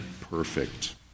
perfect